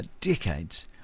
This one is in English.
decades